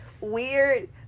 weird